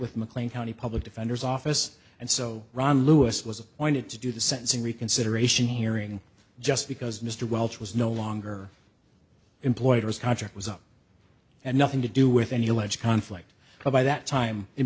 with mclean county public defender's office and so ron lewis was appointed to do the sentencing reconsideration hearing just because mr welch was no longer employed was a contract was up and nothing to do with any alleged conflict by that time in